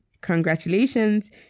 congratulations